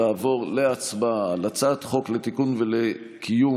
לעבור להצבעה על הצעת חוק לתיקון ולקיום